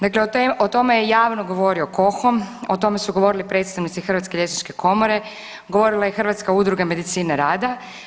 Dakle, o tome je javno govorio KOHOM, o tome su govorili predstavnici Hrvatske liječničke komore, govorila je Hrvatska udruga medicine rada.